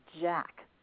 jack